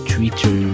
Twitter